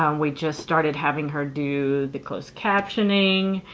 um we just started having her do the closed captioning.